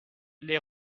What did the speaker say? les